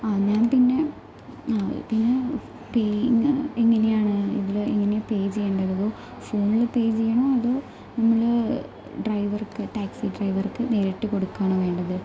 അ ഞാൻ പിന്നെ ആ പിന്നേ പേ എങ്ങനെയാണ് ഇതിൽ എങ്ങനെയാണ് പേ ചെയ്യേണ്ടത് ഫോണിൽ പേ ചെയ്യണോ അതോ നമ്മൾ ഡ്രൈവർക്ക് ടാക്സി ഡ്രൈവർക്ക് നേരിട്ട് കൊടുക്കുകയാണോ വേണ്ടത്